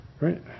Right